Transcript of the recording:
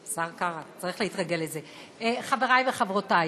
השר קרא, צריך להתרגל לזה, חברי וחברותי,